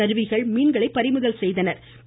கருவிகள் மீன்களை பறிமுதல் செய்தனா்